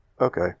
okay